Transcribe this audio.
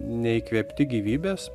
neįkvėpti gyvybės